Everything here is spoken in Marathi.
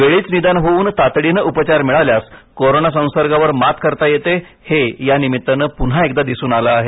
वेळीच निदान होवून तातडीने उपचार मिळाल्यास कोरोना संसार्गावर मात करता येते हे यानिमित्ताने पुन्हा एकदा दिसून आले आहे